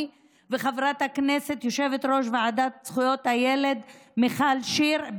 אני ויושבת-ראש הוועדה לזכויות הילד חברת הכנסת מיכל שיר,